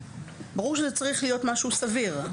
לאלתר.ף ברור שזה צריך להיות משהו סביר.